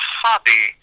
hobby